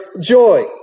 joy